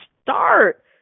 start